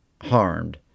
harmed